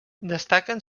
destaquen